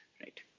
right